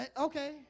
Okay